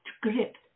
script